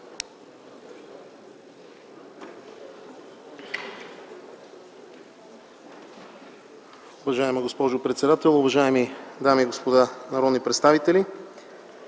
Уважаема госпожо председател, уважаеми дами и господа народни представители!